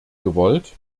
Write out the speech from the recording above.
gewollt